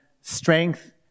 strength